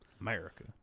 America